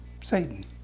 Satan